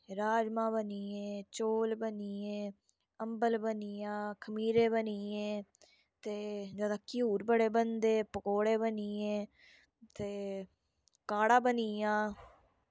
राजमां बनियें चौल बनियें अम्बल बनी आ खमीरे बनिये ते जादा घ्यूर बड़े बनदे पकौड़े बनिये ते काह्ड़ा बनी आ